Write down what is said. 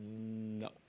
No